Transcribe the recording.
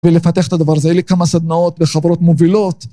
ולפתח את הדבר הזה, אלה כמה סדנאות וחברות מובילות.